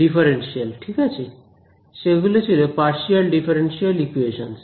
differential ঠিক আছে সেগুলো ছিল পার্শিয়াল ডিফারেনশিয়াল ইকুয়েশনস